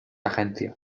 agencia